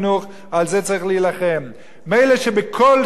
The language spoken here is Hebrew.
מילא שבכל סעיף וסעיף מקפחים את הציבור הזה,